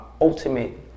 ultimate